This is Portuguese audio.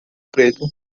preto